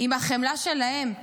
עם החמלה שלהם.